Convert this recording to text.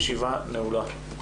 הישיבה נעולה.